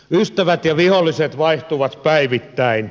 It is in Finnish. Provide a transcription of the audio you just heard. ystävät ja viholliset vaihtuvat päivittäin